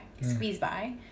squeeze-by